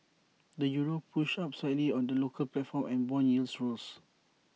the euro pushed up slightly on the local platform and Bond yields rose